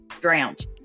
drowned